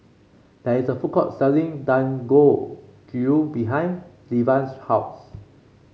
there is a food court selling Dangojiru behind Devan's house